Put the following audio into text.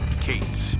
Kate